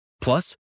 Plus